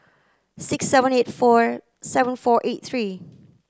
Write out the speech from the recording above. six seven eight four seven four eight three